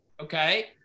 Okay